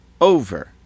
Over